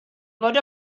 fod